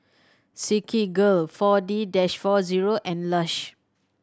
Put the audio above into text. Silkygirl Four D that four zero and Lush